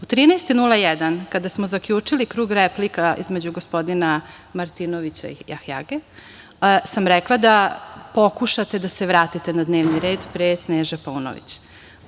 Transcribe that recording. u 13,01 kada smo zaključili krug replika između gospodina Martinovića i Jahjage, sam rekla da pokušate da se vratite na dnevni red, pre Sneže Paunović.U